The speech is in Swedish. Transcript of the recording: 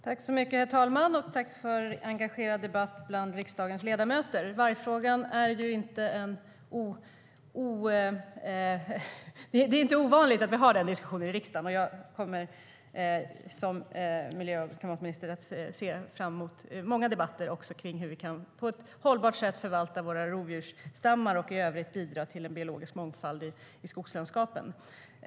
STYLEREF Kantrubrik \* MERGEFORMAT Svar på interpellationerHerr talman! Jag tackar för en engagerad debatt bland riksdagens ledamöter. Det är inte ovanligt att vi diskuterar vargfrågan i riksdagen. Som klimat och miljöminister ser jag fram emot många debatter om hur vi på ett hållbart sätt kan förvalta våra rovdjursstammar och i övrigt bidra till en biologisk mångfald i skogslandskapen.